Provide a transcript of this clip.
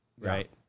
Right